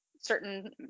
certain